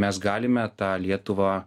mes galime tą lietuvą